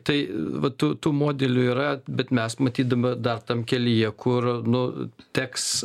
tai va tų tų modelių yra bet mes matyt dabar dar tam kelyje kur nu teks